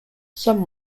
some